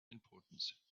importance